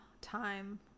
time